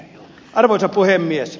arvoisa puhemies